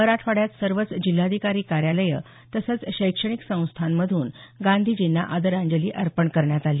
मराठवाड्यात सर्वच जिल्हाधिकारी कार्यालयं तसंच शैक्षणिक संस्थांमधून गांधीजींना आदरांजली अर्पण करण्यात आली